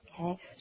Okay